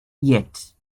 yet